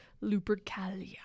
Lupercalia